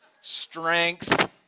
strength